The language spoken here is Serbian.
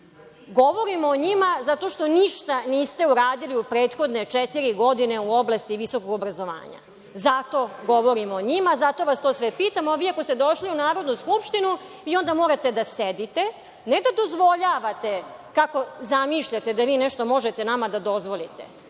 zakoni. Govorimo o njima zato što ništa niste uradili u prethodne četiri godine u oblasti visokog obrazovanja. Zato govorimo o njima. Zato vas to sve pitamo, a vi ako ste došli u Narodnu skupštinu, vi onda morate da sedite, ne da dozvoljavate, kako zamišljate, da vi nešto možete nama da dozvolite,